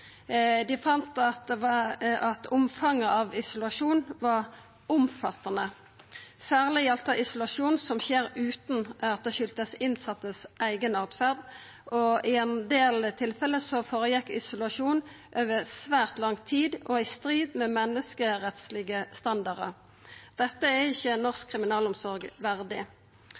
Dei fann at omfanget av isolasjon var omfattande. Særleg gjaldt det isolasjon som skjer utan at det skuldast dei innsette si eiga åtferd, og i ein del tilfelle føregjekk isolasjon over svært lang tid og i strid med menneskerettslege standardar. Dette er ikkje norsk kriminalomsorg verdig.